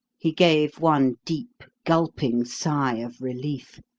he gave one deep gulping sigh of relief,